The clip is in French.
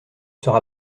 sera